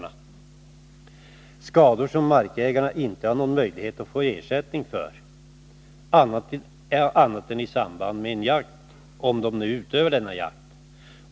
Det är skador som markägarna inte har någon möjlighet att få ersättning för på annat sätt än i samband med jakt.